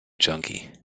junkie